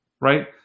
right